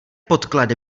podklady